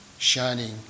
shining